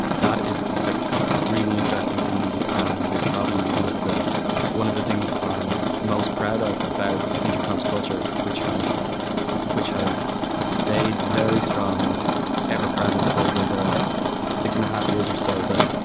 that is really interesting to me and it is probably one of the one of the things i'm most proud of about intercom's culture, which has which has stayed very strong and ever present over the six and a half years or so that